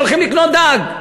הולכים לקנות דג,